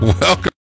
Welcome